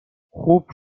خوب